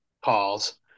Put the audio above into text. calls